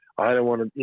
i don't wanna,